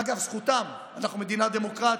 אגב, זכותם, אנחנו מדינה דמוקרטית.